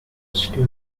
stew